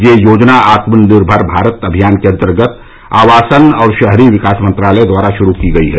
यह योजना आत्मनिर्भर भारत अभियान के अन्तर्गत आवासन और शहरी विकास मंत्रालय द्वारा शुरू की गई है